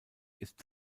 ist